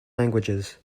languages